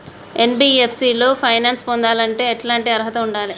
NBFC లో finance పొందాలంటే ఎట్లాంటి అర్హత ఉండాలే?